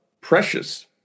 precious